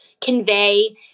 convey